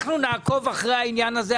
אנחנו נעקוב אחרי העניין הזה.